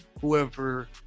whoever